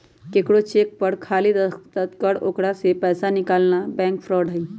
केकरो चेक पर जाली दस्तखत कर ओकरा से पैसा निकालना के बैंक फ्रॉड हई